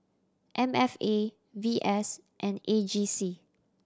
M F A V S and A G C